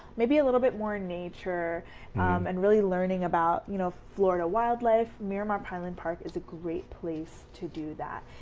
maybe a little bit more in nature and really learning about you know, florida wildlife, miramar pineland park is a great place to do that.